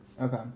Okay